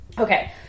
Okay